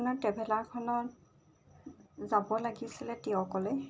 আপোনাৰ ট্ৰেভেলাৰখনত যাব লাগিছিলে তিয়কলৈ